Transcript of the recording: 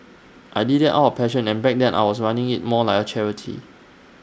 I did that out of passion and back then I was running IT more like A charity